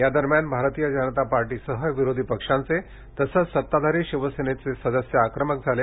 या दरम्यान भारतीय जनता पार्टीसह विरोधी पक्षांचे तसेच सत्ताधारी शिवसेनेचे सदस्य आक्रमक झाले